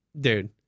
Dude